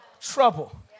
trouble